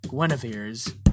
Guinevere's